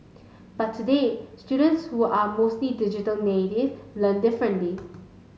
but today students who are mostly digital native learn differently